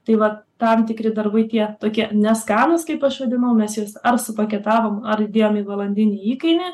tai va tam tikri darbai tie tokie neskanūs kaip aš vadinau mes juos ar supaketavom ar įdėjom į valandinį įkainį